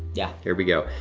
yeah. here we go.